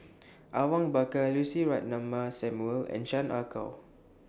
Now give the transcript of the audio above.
Awang Bakar Lucy Ratnammah Samuel and Chan Ah Kow